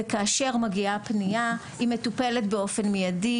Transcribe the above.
וכאשר מגיעה פנייה היא מטופלת באופן מיידי,